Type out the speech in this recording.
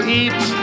eat